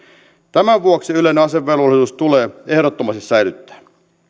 tämän vuoksi yleinen asevelvollisuus tulee ehdottomasti säilyttää